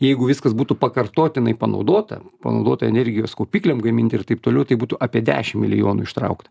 jeigu viskas būtų pakartotinai panaudota panaudota energijos kaupikliam gaminti ir taip toliau tai būtų apie dešim milijonų ištraukta